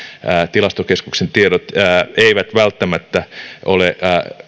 tilastokeskuksen tiedot eivät välttämättä ole